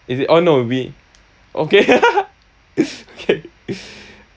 is it orh no we okay okay